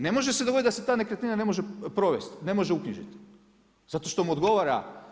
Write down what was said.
Ne može se dogoditi da se ta nekretnina ne može provesti, ne može uknjižiti, zato što mu odgovara.